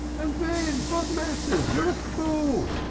and ven? vat mattairs? you are a fool,